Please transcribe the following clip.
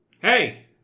Hey